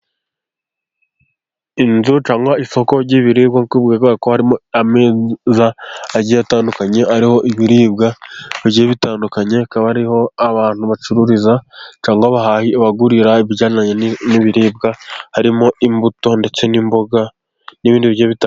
Inzu cyangwa isoko ry'ibiribwakwa, harimo ameza agiye atandukanye ariho ibiribwa bigiye bitandukanye, akaba ariho abantu bacururiza cyaawa bahahira ibiribwa harimo imbuto ndetse n'imboga n'ibindi...